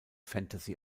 fantasy